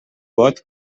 vot